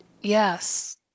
Yes